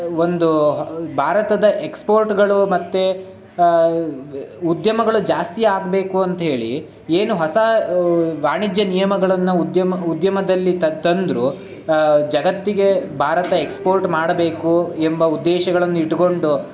ಒಂದು ಭಾರತದ ಎಕ್ಸ್ಪೋರ್ಟ್ಗಳು ಮತ್ತು ಉದ್ಯಮಗಳು ಜಾಸ್ತಿ ಆಗಬೇಕು ಅಂತೇಳಿ ಏನು ಹೊಸ ವಾಣಿಜ್ಯ ನಿಯಮಗಳನ್ನು ಉದ್ಯಮ ಉದ್ಯಮದಲ್ಲಿ ತ ತಂದರು ಜಗತ್ತಿಗೆ ಭಾರತ ಎಕ್ಸ್ಪೋರ್ಟ್ ಮಾಡಬೇಕು ಎಂಬ ಉದ್ದೇಶಗಳನ್ನು ಇಟ್ಕೊಂಡು